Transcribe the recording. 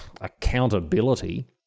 accountability